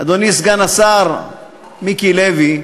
אדוני סגן השר מיקי לוי,